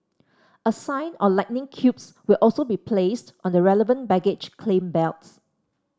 a sign or lightning cubes will also be placed on the relevant baggage claim belts